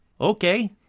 Okay